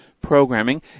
programming